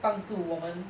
帮助我们